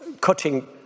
cutting